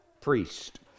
priest